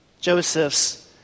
Joseph's